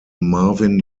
marvin